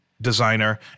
designer